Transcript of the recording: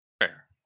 Fair